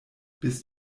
bist